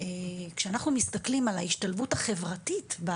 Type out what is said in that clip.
כשאנחנו מסתכלים על ההשתלבות החברתית,